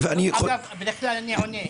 בדרך כלל אני עונה.